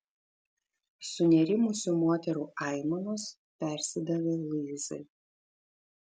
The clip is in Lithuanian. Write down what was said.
sunerimusių moterų aimanos persidavė luizai